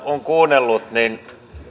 on kuunnellut niin